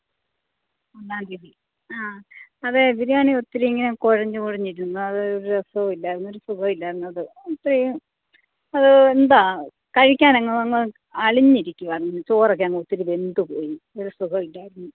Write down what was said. ആ അതെ ബിരിയാണി ഒത്തിരി ഇങ്ങനെ കുഴഞ്ഞു കുഴഞ്ഞിരുന്നു അതൊരു രസമില്ലായിരുന്നു ഒരു സുഖമില്ലായിരുന്നു അത് ആത്രേയും എന്താ കഴിക്കാനങ്ങ് അളിഞ്ഞിരിക്കാണ് ചോറൊക്കെ അങ്ങ് ഒത്തിരി വെന്തു പോയി ഒരു സുഖമില്ലായിരുന്നു